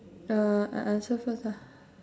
uh I answer first lah